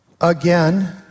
again